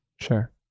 Sure